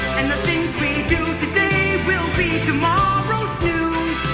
and the things we do today will be tomorrow's news